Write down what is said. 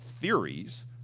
theories